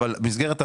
לא.